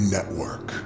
Network